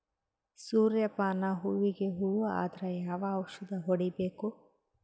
ಸೂರ್ಯ ಪಾನ ಹೂವಿಗೆ ಹುಳ ಆದ್ರ ಯಾವ ಔಷದ ಹೊಡಿಬೇಕು?